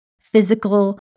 physical